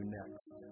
next